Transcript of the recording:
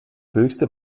höchste